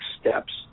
steps